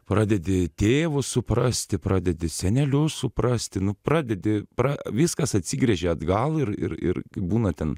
pradedi tėvus suprasti pradedi senelius suprasti nu pradedi pra viskas atsigręžia atgal ir ir ir būna ten